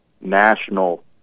national